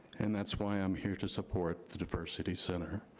and that's why i'm here to support the diversity center.